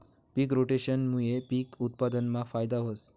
पिक रोटेशनमूये पिक उत्पादनमा फायदा व्हस